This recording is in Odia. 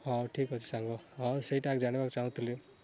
ହଉ ଠିକ୍ଅଛି ସାଙ୍ଗ ହଉ ସେଇଟା ଜାଣିବାକୁ ଚାହୁଁଥିଲି